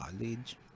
college